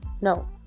No